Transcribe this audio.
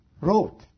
wrote